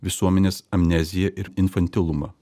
visuomenės amnezija ir infantilumą